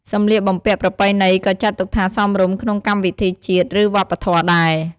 សម្លៀកបំពាក់ប្រពៃណីក៏ចាត់ទុកថាសមរម្យក្នុងកម្មវិធីជាតិ ឬ វប្បធម៌ដែរ។